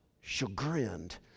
chagrined